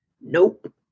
Nope